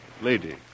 lady